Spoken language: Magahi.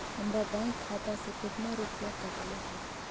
हमरा बैंक खाता से कतना रूपैया कटले है?